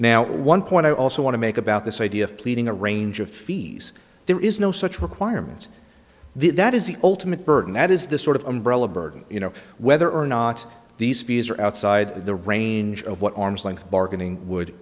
now one point i also want to make about this idea of pleading a range of fees there is no such requirement the that is the ultimate burden that is the sort of umbrella burden you know whether or not these fees are outside the range of what arm's length bargaining would